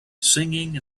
singing